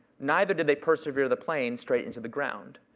neither did they persevere the plane straight into the ground.